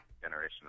generation